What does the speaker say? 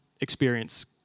experience